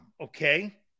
Okay